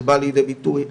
זה בא לידי ביטוי במיסוי.